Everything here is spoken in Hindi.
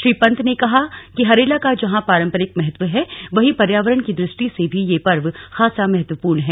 श्री पन्त ने कहा कि हरेला का जहां पारंपरिक महत्व हैं वहीं पर्यावरण की दृष्टि से भी यह पर्व खासा महत्वपूर्ण है